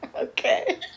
Okay